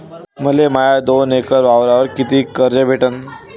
मले माया दोन एकर वावरावर कितीक कर्ज भेटन?